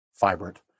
vibrant